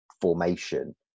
formation